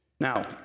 Now